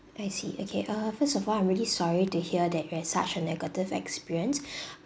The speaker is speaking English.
I see okay err first of all I'm really sorry to hear that you had such a negative experience